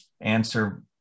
answer